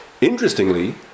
Interestingly